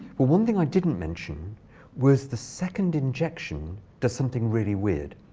well, one thing i didn't mention was the second injection does something really weird.